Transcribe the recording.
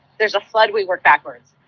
there's a flood, we work backwards.